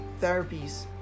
therapies